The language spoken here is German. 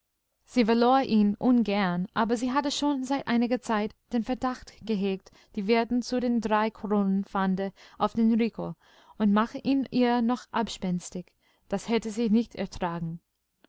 sie verlor ihn ungern aber sie hatte schon seit einiger zeit den verdacht gehegt die wirtin zu den drei kronen fahnde auf den rico und mache ihn ihr noch abspenstig das hätte sie nicht ertragen